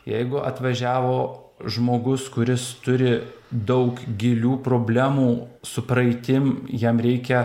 jeigu atvažiavo žmogus kuris turi daug gilių problemų su praeitim jam reikia